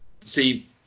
See